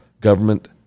government